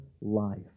life